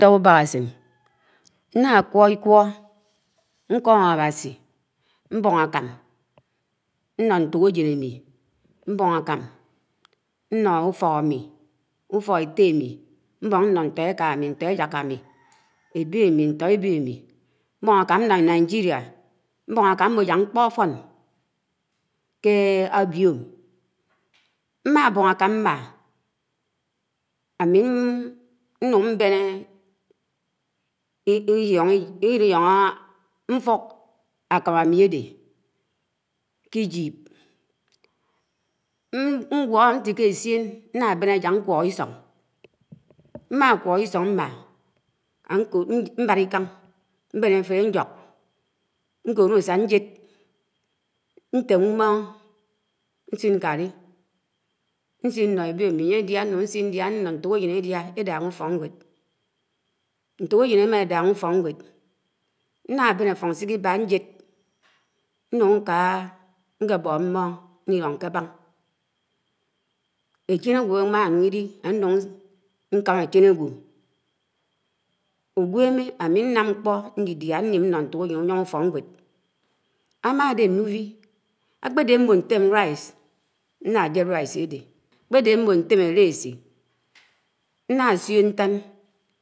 ̃ídap úbahásẽn, ñna kwo̱, íkwo̱ ñko̱m Awasi, m̃bo̱n akam no̱ nto̱kejeṉ ãmi nno̱ úto̱k õmi, úto̱k ẽtte ãmi. m̃bo̱n ñno̱ ñto̱ éka ãni, ñto̱ eyaka ãmi, ebe àmi, ñto̱ ébe ami, m̃bo̱n ãkam ñño̱ Nigeria mbo̱n okam m̃mo̱ yák ñkpo̱ afo̱n ké ãbio̱m mma bo̱ng àkam m̃ma, ámi ñun ben ilìoho̱ ãfuk ãkam ãmi ãde, ké Ígip, ñgwo̱ ñtike essien, ñnabeṉ ãjan ṉkwo̱k ìso̱ng, mma kwo̱k iso̱ng mma̱, mbara ián, m̃beṉ áfele ñjuk, ñkono̱ uson ñjed, ñtem m̃mo̱n ñsin nkaì, ñsin ñno ébeh ãmi anye adu ñuñ ñsin, ñdia̱, ñno ñto̱kejéṉ édia édahá úfo̱knwéd. Nto̱kején émá édaha úfoknwed ñna ben áfo̱n nsikibá njéd, nuñg ñka ñkebo̱ mmo̱n nno̱h ke aban. Echén ágwo̱ ámanuñ ili, nu̱n nkamá echén ágwo̱, ugweme ami ñno̱m ñkpo̱ ñdidia ñnim ñno̱ ntuk ejeñ úyo̱ho̱ ufo̱knwéd, amade nñuwi, ákpede m̃mo̱ ñtem Alesi, nnãdeo Alesi ãde, nñasio̱ ntõṉ.